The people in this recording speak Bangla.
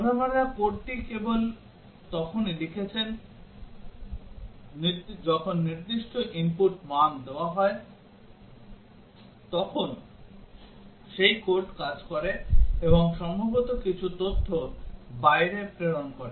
প্রোগ্রামাররা কোডটি কেবল তখনই লিখেছেন যখন নির্দিষ্ট input মান দেওয়া হয় তখন সেই কোড কাজ করে এবং সম্ভবত কিছু তথ্য বাইরে প্রেরণ করে